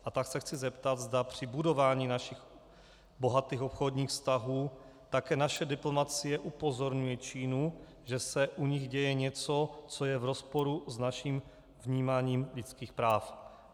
A tak se chci zeptat, zda při budování našich bohatých obchodních vztahů naše diplomacie upozorňuje Čínu, že se u nich děje něco, co je v rozporu s naším vnímáním lidských práv.